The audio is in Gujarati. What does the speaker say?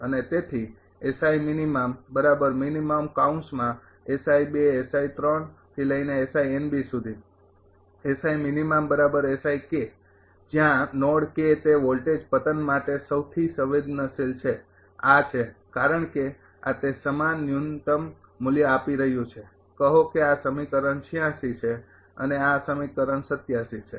અને તેથી જ્યાં નોડ તે વોલ્ટેજ પતન માટે સૌથી સંવેદનશીલ છે અને આ છે કારણ કે આ તે સમાન ન્યુનત્તમ મૂલ્ય આપી રહ્યું છે કહો કે આ સમીકરણ ૮૬ છે આ સમીકરણ ૮૭ છે